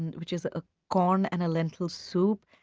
and which is ah corn and a lentil soup.